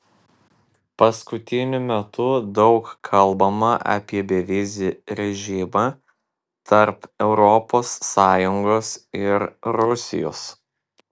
paskutiniu metu daug kalbama apie bevizį režimą tarp europos sąjungos ir rusijos